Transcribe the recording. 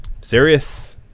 serious